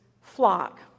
flock